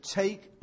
take